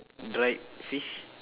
dried fish